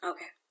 Okay